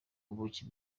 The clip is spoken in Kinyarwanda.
ubuki